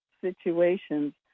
situations